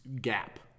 gap